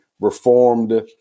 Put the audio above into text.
reformed